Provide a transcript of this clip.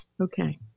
okay